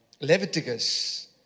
Leviticus